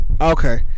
Okay